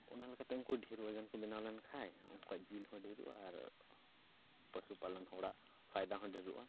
ᱚᱱᱟ ᱞᱮᱠᱟᱛᱮ ᱩᱱᱠᱩ ᱰᱷᱮᱹᱨ ᱳᱡᱚᱱ ᱠᱚ ᱵᱮᱱᱟᱣ ᱞᱮᱱᱠᱷᱟᱡ ᱩᱱᱠᱩᱣᱟᱜ ᱡᱤᱞ ᱦᱚᱸ ᱰᱷᱮᱹᱨᱚᱜᱼᱟ ᱟᱨ ᱯᱚᱥᱩ ᱯᱟᱞᱚᱱ ᱦᱚᱲᱟᱜ ᱯᱷᱟᱭᱫᱟ ᱦᱚᱸ ᱰᱷᱮᱹᱨᱚᱜᱼᱟ